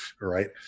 right